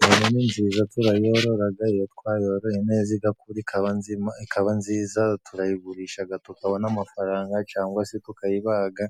Ihene ni nziza turayorora, iyo twayoroye neza igakura ikaba nzima ikaba nziza, turayigurisha tukabona amafaranga, cyangwa se tukayibaga